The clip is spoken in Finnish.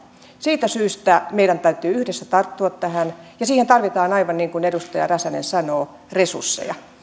siitä syystä meidän täytyy yhdessä tarttua tähän ja siihen tarvitaan aivan niin kuin edustaja räsänen sanoo resursseja